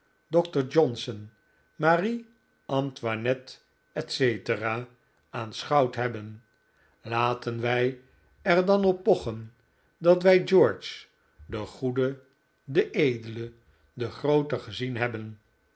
doctor johnson marie antoinette etc aanschouwd hebben laten wij er dan op pochen dat wij george den goeden den edelen den grooten gezien hebben